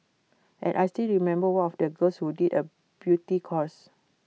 and I still remember one of the girls who did A beauty course